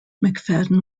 mcfadden